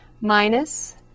minus